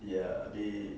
ya they